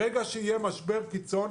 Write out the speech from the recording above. ברגע שיהיה משבר קיצון,